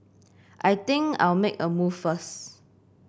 I think I'll make a move first